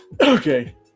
okay